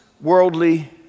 worldly